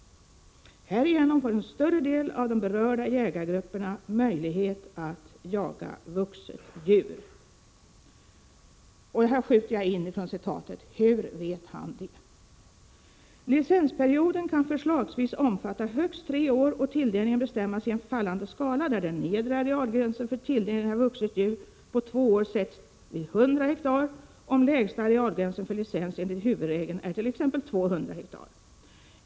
Härigenom får en större del av de berörda jägargrupperna möjlighet att jaga vuxet djur.” Här skjuter jag in: Hur vet han det? ”Licensperioden kan förslagsvis omfatta högst tre år och tilldelningen bestämmas i en fallande skala där den nedre arealgränsen för tilldelning av ett vuxet djur på två år sätts vid 100 ha om lägsta arealgränsen för licens enligt huvudregeln ärt.ex. 200 ha.